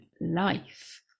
life